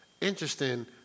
interesting